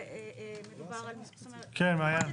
כן, מעיין.